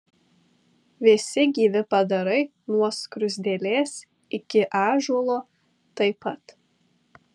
visi gyvi padarai nuo skruzdėlės iki ąžuolo taip pat